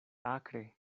akre